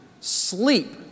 sleep